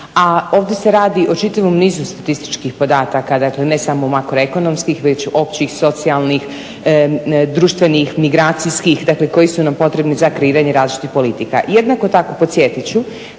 a ovdje se radi o čitavom nizu statističkih podataka. Dakle, ne samo makroekonomskih već općih, socijalnih, društvenih, migracijskih dakle koji su nam potrebni za kreiranje različitih politika. Jednako tako podsjetiti